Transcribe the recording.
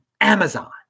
Amazon